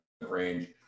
range